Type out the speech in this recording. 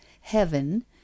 heaven